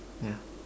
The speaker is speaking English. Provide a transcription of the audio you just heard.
yeah